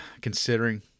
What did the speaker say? considering